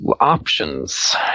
Options